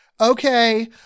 Okay